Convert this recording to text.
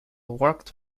worked